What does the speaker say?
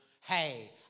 hey